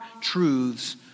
truths